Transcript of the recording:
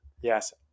Yes